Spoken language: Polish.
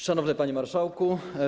Szanowny Panie Marszałku!